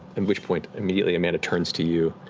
and which point, immediately amanda turns to you